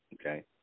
Okay